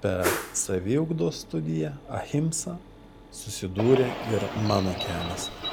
per saviugdos studiją ahimsa susidūrė ir mano kelias